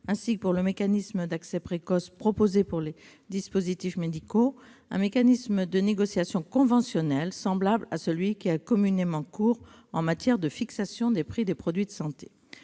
ainsi que pour le mécanisme d'accès précoce proposé pour les dispositifs médicaux, un mécanisme de négociation conventionnelle semblable à celui qui a communément cours en matière de fixation des prix des produits de santé.